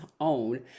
own